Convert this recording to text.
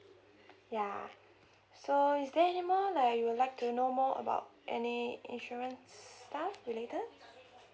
ya so is there any more like you would like to know more about any insurance stuff related